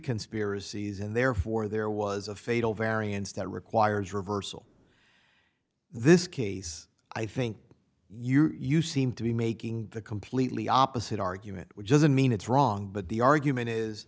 conspiracies and therefore there was a fatal variance that requires reversal this case i think you are you seem to be making the completely opposite argument which doesn't mean it's wrong but the argument is